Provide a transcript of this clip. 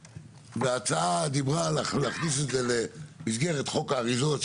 וההצעה דיברה על להכניס את זה למסגרת חוק האריזות,